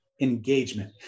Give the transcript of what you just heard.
engagement